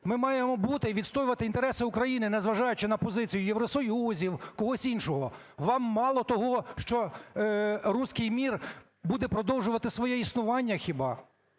Ми маємо бути і відстоювати інтереси України, незважаючи на позицію євросоюзів, когось іншого. Вам мало того, що "руській мір" буде продовжувати своє існування хіба?